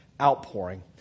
outpouring